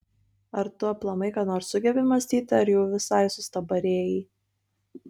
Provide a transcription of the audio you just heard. ar tu aplamai ką nors sugebi mąstyti ar jau visai sustabarėjai